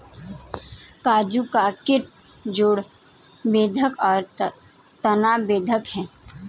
काजू का कीट जड़ बेधक और तना बेधक है